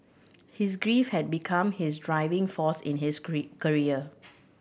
his grief had become his driving force in his career